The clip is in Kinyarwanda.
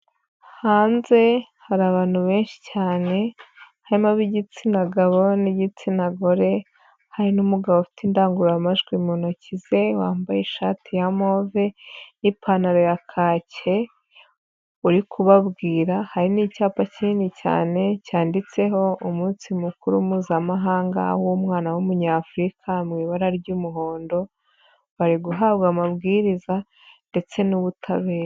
Hanze hari abantu benshi cyane, harimob'igitsina gabo, n'igitsina gore, harimo n'umugabo ufite indangururamajwi mu ntoki ze, wambaye ishati ya move n'ipantaro ya kake uri kubabwira, hari n'icyapa kinini cyane cyanditseho umunsi mukuru mpuzamahanga w'umwana w'umunyafurika mu ibara ry'umuhondo, bari guhabwa amabwiriza ndetse n'ubutabera.